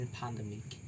pandemic